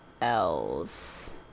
else